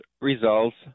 results